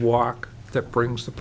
walk that brings the